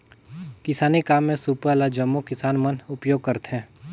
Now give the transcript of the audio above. किसानी काम मे सूपा ल जम्मो किसान मन उपियोग करथे